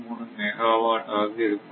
33 megawatt ஆக இருக்கும்